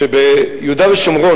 שביהודה ושומרון,